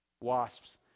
Wasps